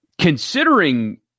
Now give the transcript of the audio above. Considering